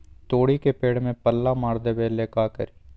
तोड़ी के पेड़ में पल्ला मार देबे ले का करी?